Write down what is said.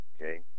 okay